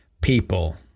people